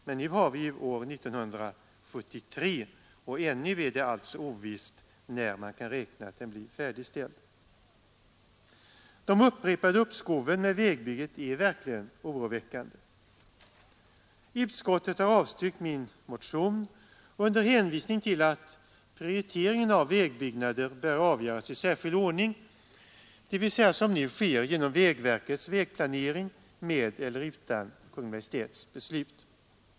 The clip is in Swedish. Men nu har vi ju år 1973, och ännu är det alltså ovisst när man kan räkna med att den blir färdigställd. De upprepade uppskoven med vägbygget är verkligen oroväckande. Utskottet har avstyrkt min motion under hänvisning till att prioriteringen av vägbyggnader bör avgöras i särskild ordning, dvs. som nu sker genom vägverkets vägplanering med eller utan Kungl. Maj:ts beslut.